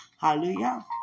Hallelujah